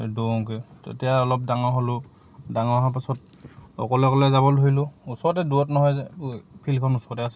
দৌৰোগৈ তেতিয়া অলপ ডাঙৰ হ'লোঁ ডাঙৰ হোৱা পাছত অকলে অকলে যাবলৈ ধৰিলোঁ ওচৰতে দূৰত নহয় যে ফিল্ডখন ওচৰতে আছে